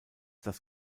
das